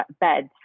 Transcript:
beds